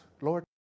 Lord